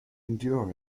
endure